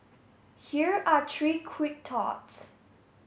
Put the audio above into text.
here are three quick thoughts